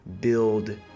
build